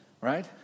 Right